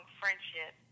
friendship